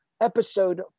episode